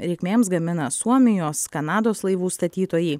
reikmėms gamina suomijos kanados laivų statytojai